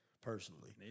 personally